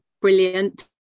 brilliant